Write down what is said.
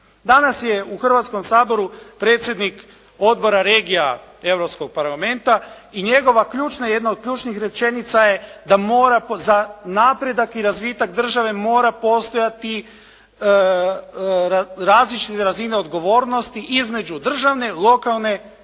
Danas je u Hrvatskom saboru predsjednik Odbora regije Europskog parlamenta i njegova ključna, jedna od ključnih rečenica je da za napredak i razvitak države moraju postojati različite razine odgovornosti između državne, lokalne